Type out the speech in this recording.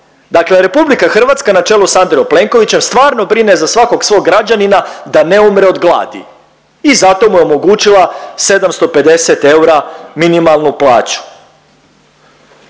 Dakle, RH na čelu sa Andrejom Plenkovićem stvarno brine za svakog svog građanina da ne umre od gladi i zato mu je omogućila 750 eura minimalnu plaću.